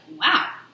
wow